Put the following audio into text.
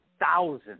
thousands